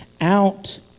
out